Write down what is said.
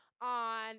on